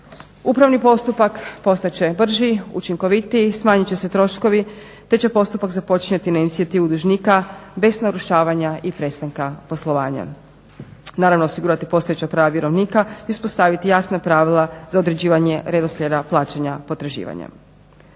Upravni postupak postat će brži, učinkovitiji, smanjit će se troškovi te će postupak započeti na inicijativu dužnika bez narušavanja i prestanka poslovanja, naravno osigurati postojeća prava vjerovnika i uspostaviti jasna pravila za određivanje redoslijeda plaćanja potraživanja.